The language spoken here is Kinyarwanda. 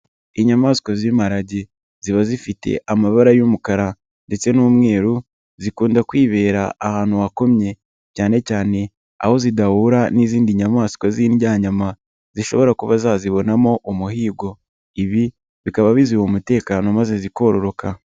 Inyamaswa z'imparage ziba zifite amabara y'umukara ndetse n'umweru zikunda kwibera ahantu hakomye cyanecyane aho zidahura n'izindi nyamaswa z'indyanyama zishobora kuba zazibonamo umuhigo, ibi bikaba biziha umutekano maze zikororoka.